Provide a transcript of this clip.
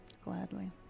Gladly